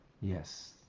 Yes